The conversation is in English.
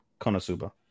Konosuba